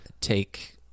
take